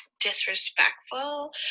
disrespectful